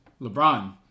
LeBron